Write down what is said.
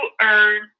earn